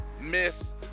miss